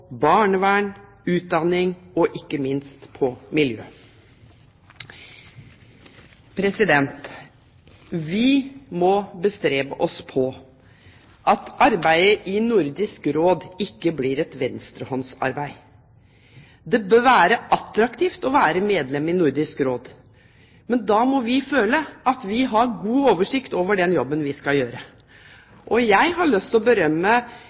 barnevern, utdanning og ikke minst miljø. Vi må bestrebe oss på at arbeidet i Nordisk Råd ikke blir et venstrehåndsarbeid. Det bør være attraktivt å være medlem i Nordisk Råd, men da må vi føle at vi har god oversikt over den jobben vi skal gjøre. Jeg har lyst til å berømme